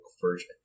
version